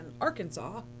Arkansas